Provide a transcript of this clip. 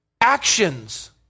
actions